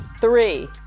three